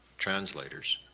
translators